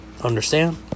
Understand